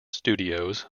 studios